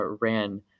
ran